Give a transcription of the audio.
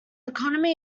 economy